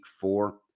four